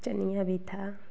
चनिया भी था